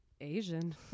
Asian